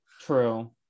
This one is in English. True